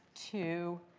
two,